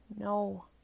no